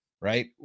right